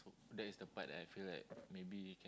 that is the part that I feel like maybe